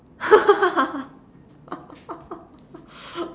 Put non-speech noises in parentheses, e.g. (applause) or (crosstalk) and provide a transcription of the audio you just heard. (laughs)